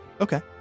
Okay